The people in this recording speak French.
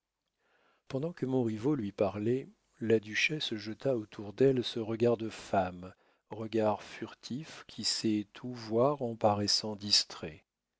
pendant que montriveau lui parlait la duchesse jeta autour d'elle ce regard de femme regard furtif qui sait tout voir en paraissant distrait